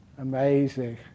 Amazing